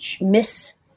miss